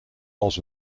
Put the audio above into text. als